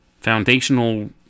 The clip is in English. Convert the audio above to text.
foundational